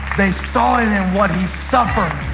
they saw it in and what he suffered.